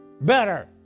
better